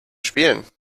spielen